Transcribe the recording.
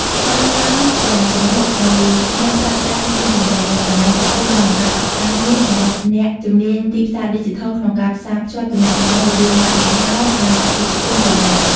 រកើនឡើងយ៉ាងគំហុគនៃអ្នកប្រើប្រាស់អ៊ីនធឺណិត និងបណ្តាញសង្គមបានបង្កើតឱកាសមាសសម្រាប់អ្នកជំនាញទីផ្សារឌីជីថលក្នុងការផ្សារភ្ជាប់ទំនាក់ទំនងរវាងម៉ាកយីហោ និងអតិថិជនគោលដៅ។